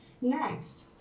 Next